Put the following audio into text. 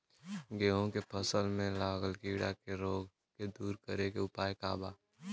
गेहूँ के फसल में लागल कीड़ा के रोग के दूर करे के उपाय का बा?